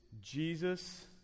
Jesus